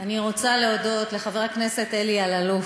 אני רוצה להודות לחבר הכנסת אלי אלאלוף,